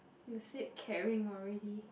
you said caring already